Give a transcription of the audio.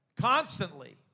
constantly